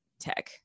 tech